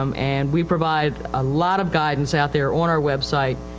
um and we provide a lot of guidance out there on our website.